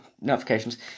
notifications